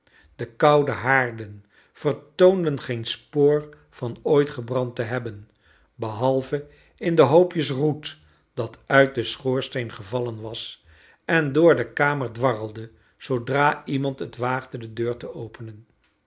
de koude haarden vertoonden geen spoor van ooit gebrand te hebben behalve in de hoopjes roet dat uit den schoorsteen gevallen was en door de kamer dwarrelde zoodra iemand het waagde de deur te openen